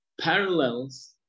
parallels